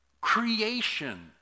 creation